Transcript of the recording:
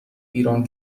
ایران